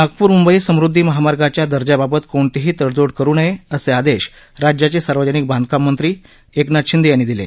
नागपूर मुंबई समुद्धी महामार्गाच्या दर्ज्याबाबत कोणतीही तडजोड करू नये असे आदेश राज्याचे सार्वजनिक बांधकाम मंत्री एकनाथ शिंदे यांनी दिले